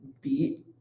beat